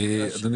על סמך